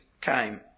came